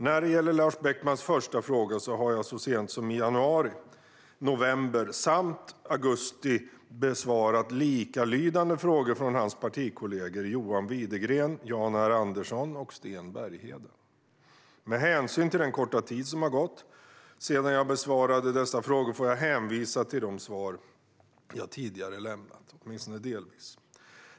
När det gäller Lars Beckmans första fråga besvarade jag så sent som i januari, november samt augusti i fjol likalydande frågor från hans partikollegor John Widegren, Jan R Andersson och Sten Bergheden. Med hänsyn till den korta tid som har gått sedan jag besvarade dessa frågor får jag, åtminstone delvis, hänvisa till de svar jag har lämnat tidigare.